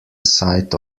site